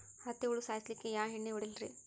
ಹತ್ತಿ ಹುಳ ಸಾಯ್ಸಲ್ಲಿಕ್ಕಿ ಯಾ ಎಣ್ಣಿ ಹೊಡಿಲಿರಿ?